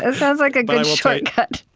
and sounds like a good shortcut